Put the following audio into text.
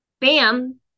bam